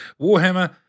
Warhammer